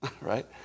right